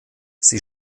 sie